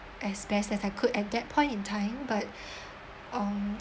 as best as I could at that point in time but um